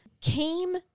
came